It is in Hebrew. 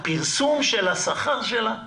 הפרסום של השכר שלה,